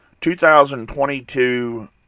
2022